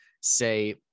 say